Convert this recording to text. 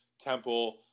Temple